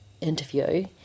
interview